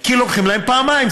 כי לוקחים להם פעמיים.